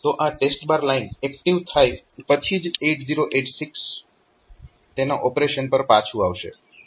તો આ TEST line active થાય પછી જ 8086 તેના ઓપરેશન પર પાછું આવશે